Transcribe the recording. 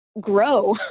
grow